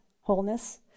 wholeness